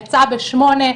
יצאה בשמונה,